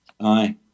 Aye